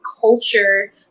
culture